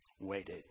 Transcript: waited